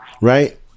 Right